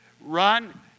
Run